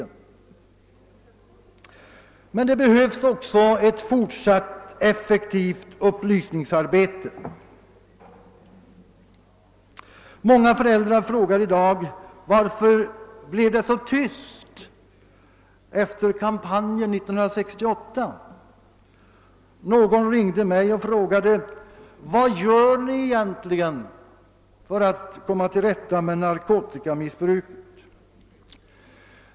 Men det behövs också ett fortsatt effektivt upplysningsarbete. Många föräldrar frågar i dag: Varför blev det så tyst efter kampanjen 1968? Och någon ringde mig och frågade: Vad gör ni egentligen för att komma till rätta med narkotikamissbruket?